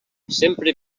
sempre